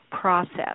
process